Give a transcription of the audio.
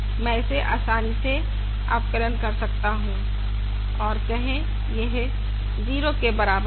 मैं इसे आसानी से अवकलन कर सकता हूं और कहे यह 0 के बराबर है